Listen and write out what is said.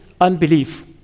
unbelief